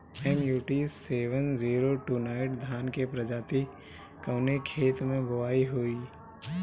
MUT seven zero two nine धान के प्रजाति कवने खेत मै बोआई होई?